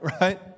right